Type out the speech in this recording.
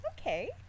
Okay